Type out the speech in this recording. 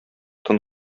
тын